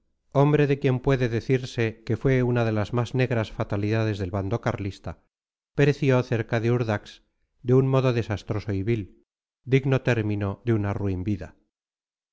hombre de quien puede decirse que fue una de las más negras fatalidades del bando carlista pereció cerca de urdax de un modo desastroso y vil digno término de una ruin vida